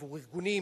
עבור ארגונים,